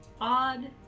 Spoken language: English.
odd